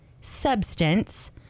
substance